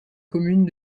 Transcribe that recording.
communes